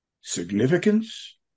significance